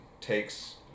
takes